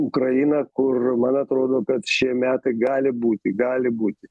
ukrainą kur man atrodo kad šie metai gali būti gali būti